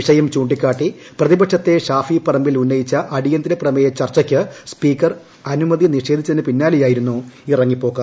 വിഷ്യം ചൂണ്ടിക്കാട്ടി പ്രതിപക്ഷത്തെ ഷാഫി പറമ്പിൽ ഉന്നയിച്ച അടിയുന്ത്ര പ്രമേയ ചർച്ചക്ക് സ്പീക്കർ അനുമതി നിഷേധിച്ചതിന് പിന്നാലെയായിരുന്നു ഇറങ്ങിപ്പോക്ക്